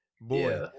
Boy